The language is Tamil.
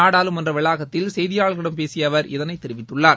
நாடாளுமன்ற வளாகத்தில் செய்தியாளர்களிடம் பேசிய அவர் இதனை தெரிவித்துள்ளார்